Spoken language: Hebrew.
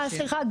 אה, סליחה.